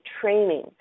training